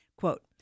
Quote